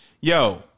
Yo